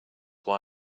why